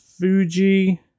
Fuji